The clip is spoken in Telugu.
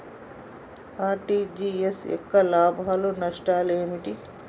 ఆర్.టి.జి.ఎస్ యొక్క లాభాలు నష్టాలు ఏమిటి?